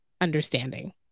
understanding